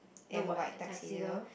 the white tuxedo